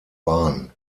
bahn